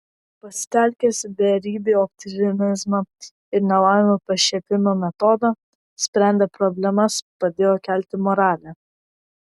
pasitelkęs beribį optimizmą ir nelaimių pašiepimo metodą sprendė problemas padėjo kelti moralę